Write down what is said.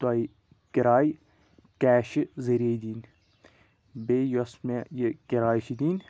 تۄہہِ کِراے کیشہٕ ذٔریعہٕ دِنۍ بیٚیہِ یۄس مےٚ یہِ کِراے چھِ دِنۍ